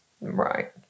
right